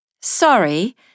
Sorry